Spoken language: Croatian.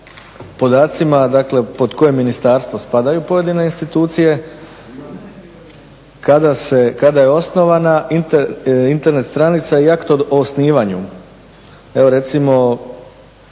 podacima dakle pod koje ministarstvo spadaju pojedini institucije, kada je osnovana Internet stranica i akt o osnivanju. Evo recimo,